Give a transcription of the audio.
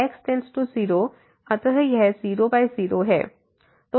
x→0 अतः यह 0 0 है